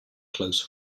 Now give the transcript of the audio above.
close